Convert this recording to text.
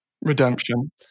redemption